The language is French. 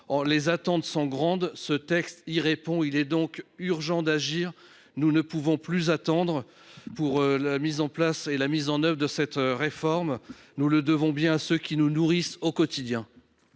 les attentes sont grandes, ce texte y répond. Il est urgent d’agir. Nous ne pouvons plus attendre : il faut mettre en œuvre cette réforme. Nous le devons bien à ceux qui nous nourrissent au quotidien.